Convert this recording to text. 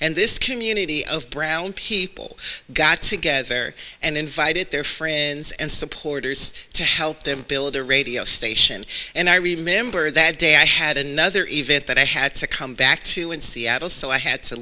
and this community of brown people got together and invited their friends and supporters to help them build a radio station and i remember that day i had another event that i had to come back to in seattle so i had to